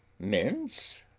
mince,